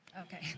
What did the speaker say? okay